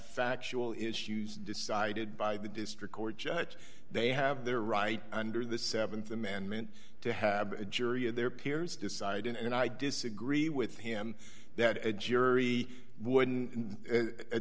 factual issues decided by the district court judge they have their right under the th amendment to have a jury of their peers decide and i disagree with him that a jury would in a